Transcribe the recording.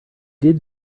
did